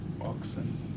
oxen